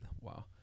Wow